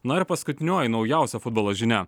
na ir paskutinioji naujausia futbolo žinia